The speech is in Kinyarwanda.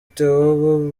theo